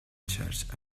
changed